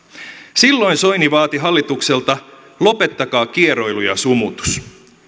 silloin soini vaati hallitukselta lopettakaa kieroilu ja sumutus